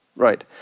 Right